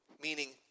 meaning